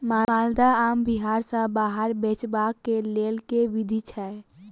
माल्दह आम बिहार सऽ बाहर बेचबाक केँ लेल केँ विधि छैय?